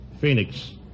Phoenix